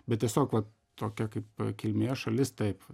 bet tiesiog vat tokia kaip kilmės šalis taip